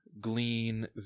glean